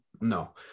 no